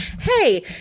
hey